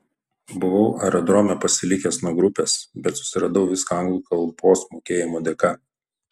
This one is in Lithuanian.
buvau aerodrome pasilikęs nuo grupės bet susiradau viską anglų kalbos mokėjimo dėka